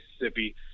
Mississippi